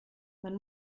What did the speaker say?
man